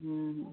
ହୁଁ